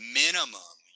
minimum